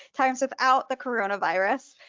times without the coronavirus,